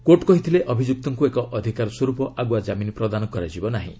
court କହିଥିଲେ ଅଭିଯୁକ୍ତଙ୍କୁ ଏକ ଅଧିକାର ସ୍ୱରୂପ ଆଗୁଆ ଜାମିନ୍ ପ୍ରଦାନ କରାଯିବ ନାହିଁ